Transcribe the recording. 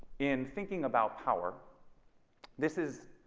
in thinking about power this is